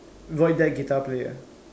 void deck guitar player